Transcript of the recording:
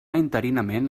interinament